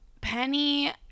Penny